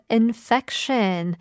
infection